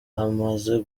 amaze